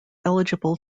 eligible